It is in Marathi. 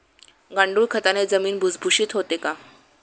गांडूळ खताने जमीन भुसभुशीत होते का?